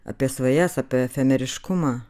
apie svajas apie efemeriškumą